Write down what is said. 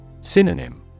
Synonym